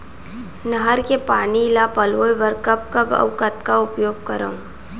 नहर के पानी ल पलोय बर कब कब अऊ कतका उपयोग करंव?